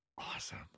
Awesome